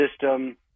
system